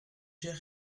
cher